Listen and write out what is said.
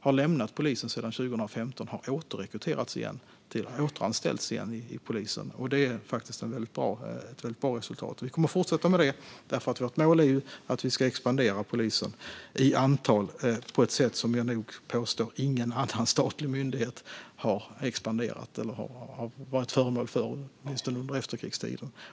har lämnat polisen sedan 2015 har återanställts vid polisen, och det är ett väldigt bra resultat. Vi kommer att fortsätta med det här arbetet, för vårt mål är att expandera antalet poliser på ett sätt som jag nog påstår att ingen annan statlig myndighet har varit föremål för, åtminstone under efterkrigstiden.